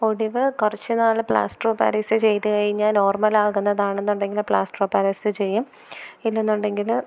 ഒടിവ് കുറച്ച് നാള് പ്ലാസ്റ്റര് ഓഫ് പാരീസ് ചെയ്ത് കഴിഞ്ഞാൽ നോര്മലാകുന്നതാണ് എന്നുണ്ടെങ്കിൽ പ്ലാസ്റ്റര് ഓഫ് പാരീസ് ചെയ്യും ഇല്ല എന്നുണ്ടെങ്കില്